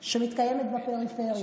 שמאלנים,